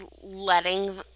letting